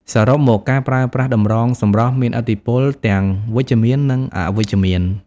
សរុបមក ការប្រើប្រាស់តម្រងសម្រស់មានឥទ្ធិពលទាំងវិជ្ជមាននិងអវិជ្ជមាន។